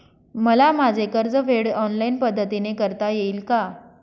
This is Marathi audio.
मला माझे कर्जफेड ऑनलाइन पद्धतीने करता येईल का?